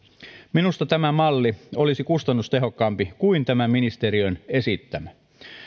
minusta tämä malli olisi kustannustehokkaampi kuin tämä ministeriön esittämä